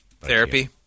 Therapy